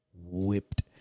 whipped